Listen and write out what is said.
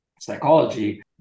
psychology